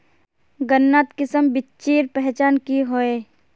गन्नात किसम बिच्चिर पहचान की होय?